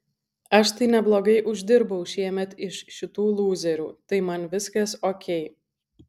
aš tai neblogai uždirbau šiemet iš šitų lūzerių tai man viskas okei